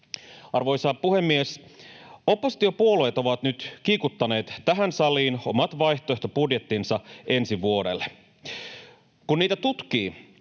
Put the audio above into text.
Arvoisa puhemies! Oppositiopuolueet ovat nyt kiikuttaneet tähän saliin omat vaihtoehtobudjettinsa ensi vuodelle. Kun niitä tutkii,